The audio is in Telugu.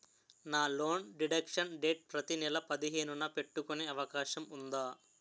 నా లోన్ డిడక్షన్ డేట్ ప్రతి నెల పదిహేను న పెట్టుకునే అవకాశం ఉందా?